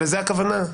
לזה הכוונה?